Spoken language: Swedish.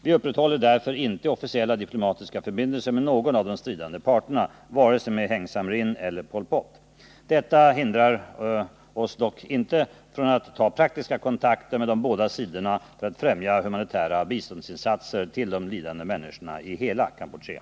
Vi upprätthåller därför inte officiella diplomatiska förbindelser med någon av de stridande parterna, vare sig med Heng Samrin eller Pol Pot. Detta hindrar oss dock inte från att ta praktiska kontakter med de båda sidorna för att främja humanitära biståndsinsatser till de lidande människorna i hela Kampuchea.